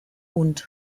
und